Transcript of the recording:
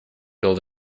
build